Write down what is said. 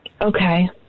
Okay